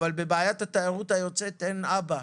אבל לבעיית התיירות היוצאת אין אבא.